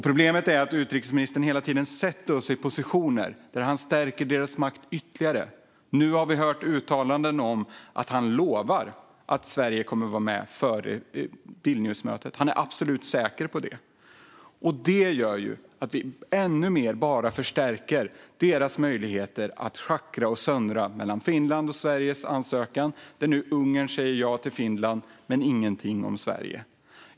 Problemet är att utrikesministern hela tiden sätter oss i positioner där han stärker deras makt ytterligare. Nu har vi hört uttalanden om att han lovar att Sverige kommer att vara med före Vilniusmötet - han är absolut säker på det. Det gör att vi bara ännu mer förstärker deras möjligheter att schackra och söndra mellan Finlands och Sveriges ansökningar. Ungern säger nu ja till Finland men ingenting om Sverige.